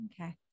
okay